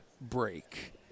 break